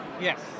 Yes